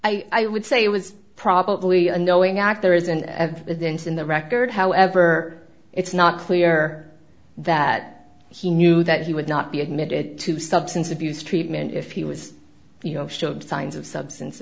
now i would say it was probably a knowing act there isn't evidence in the record however it's not clear that he knew that he would not be admitted to substance abuse treatment if he was you know showed signs of substance